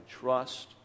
trust